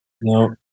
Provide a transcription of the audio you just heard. No